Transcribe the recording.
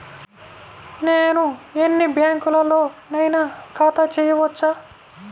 నేను ఎన్ని బ్యాంకులలోనైనా ఖాతా చేయవచ్చా?